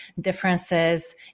differences